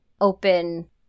open